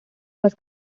was